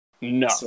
No